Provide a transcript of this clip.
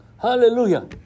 Hallelujah